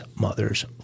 mother's